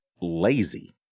lazy